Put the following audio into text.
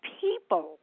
people